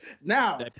Now